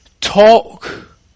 Talk